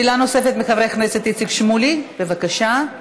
שאלה נוספת לחבר הכנסת איציק שמולי, בבקשה,